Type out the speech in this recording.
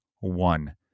one